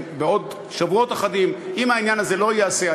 בעוד שבועות אחדים: אם העניין הזה לא ייעשה,